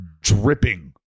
dripping